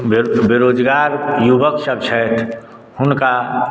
बेरोजगार युवक सभ छथि हुनका